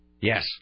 Yes